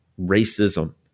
racism